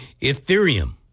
Ethereum